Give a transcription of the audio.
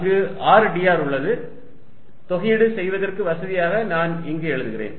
அங்கு r dr உள்ளது தொகையீடு செய்வதற்கு வசதிக்காக நான் இங்கு எழுதுகிறேன்